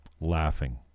laughing